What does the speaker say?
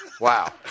wow